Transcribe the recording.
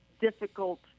difficult